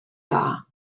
dda